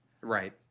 Right